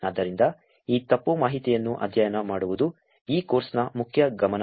ಆದ್ದರಿಂದ ಈ ತಪ್ಪು ಮಾಹಿತಿಯನ್ನು ಅಧ್ಯಯನ ಮಾಡುವುದು ಈ ಕೋರ್ಸ್ನ ಮುಖ್ಯ ಗಮನವಾಗಿದೆ